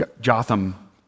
Jotham